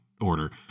order